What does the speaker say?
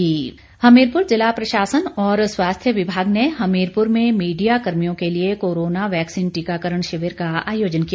DC Hamirpur Hamirpur जिला प्रशासन और स्वास्थ्य विभाग ने हमीरपुर में मीडिया कर्मियों के लिए कोरोना वैक्सीन टीकाकरण शिविर का आयोजन किया